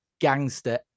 gangster